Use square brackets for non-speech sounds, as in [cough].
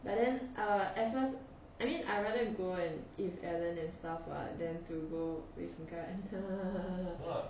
but then uh as long as I mean I rather go and eat with alan and stuff [what] than to go with guard [laughs]